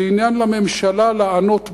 זה עניין לממשלה לענות בו,